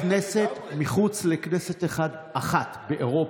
הכנסת, חוץ מכנסת אחת באירופה,